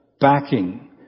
backing